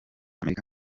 amerika